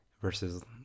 versus